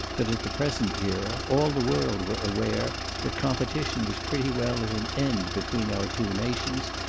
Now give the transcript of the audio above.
that at the present era, all the world were aware that competition was pretty well at an end between our two nations,